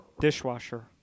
dishwasher